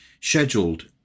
scheduled